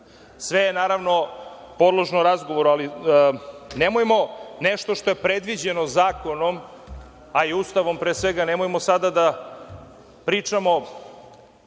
Sve je podložno razgovoru, ali nemojmo nešto što je predviđeno zakonom, a i Ustavom, pre svega, nemojmo sada da pričamo